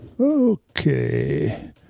Okay